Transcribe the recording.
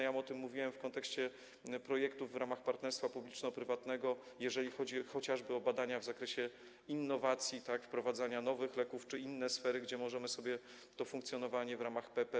Mówiłem o tym w kontekście projektu w ramach partnerstwa publiczno-prywatnego, jeżeli chodzi chociażby o badania w zakresie innowacji, wprowadzania nowych leków czy inne sfery, gdzie możemy sobie wyobrażać to funkcjonowanie w ramach PPP.